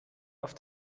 auf